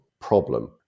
problem